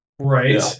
Right